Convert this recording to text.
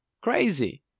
crazy